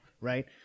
right